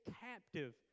captive